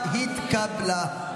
2024, נתקבלה.